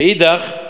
מאידך,